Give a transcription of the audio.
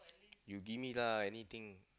you give me lah anything